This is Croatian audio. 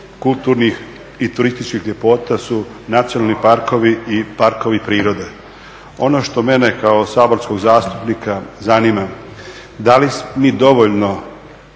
kulturnih i turističkih ljepota su nacionalni parkovi i parkovi prirode. Ono što mene kao saborskog zastupnika zanima, da li mi dovoljno